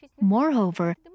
Moreover